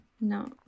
No